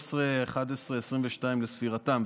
13 בנובמבר 2022 לספירתם,